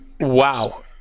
Wow